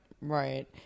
right